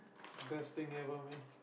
best thing ever man